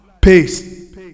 Peace